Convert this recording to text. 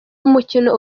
umukino